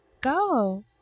Go